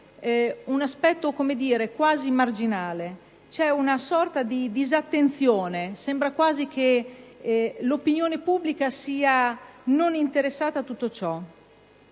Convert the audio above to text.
un aspetto quasi marginale. C'è una sorta di disattenzione. Sembra quasi che l'opinione pubblica non sia interessata a tutto ciò.